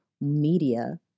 media